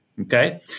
okay